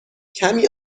کمی